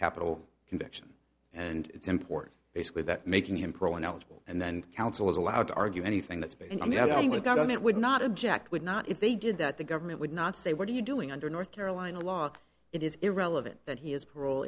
capital conviction and its import basically that making him pro ineligible and then counsel is allowed to argue anything that's been going with government would not object would not if they did that the government would not say what are you doing under north carolina law it is irrelevant that he is parole